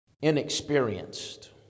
inexperienced